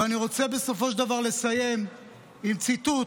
ואני רוצה בסופו של דבר לסיים עם ציטוט